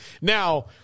now –